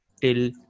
Till